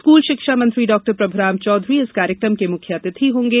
school शिक्षा मंत्री डॉ प्रभुराम चौधरी इस कार्यक्रम के मुख्य अतिथि होंगे